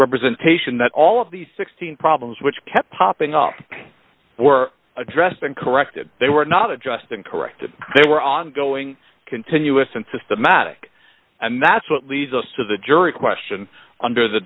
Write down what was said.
representation that all of these sixteen problems which kept popping up were addressed and corrected they were not addressed and corrected they were ongoing continuous and systematic and that's what leads us to the jury question under the